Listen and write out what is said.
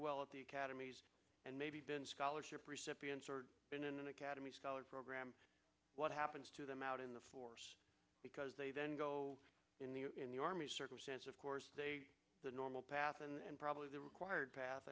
well at the academies and maybe been scholarship recipients or been in an academy scholar program what happens to them out in the force because they then go in the in the army circumstance of course they are the normal path and probably the required path